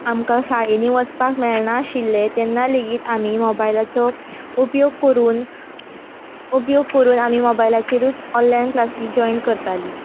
आमकां शाळेंनी वसपाक मेळणा आशिल्लें तेन्ना लेगीत आमी मॉबायलाचो उपयोग कोरून उपयोग कोरून आमी मॉबायलाचेरूच ऑनलायन क्लासी जॉयन करतालीं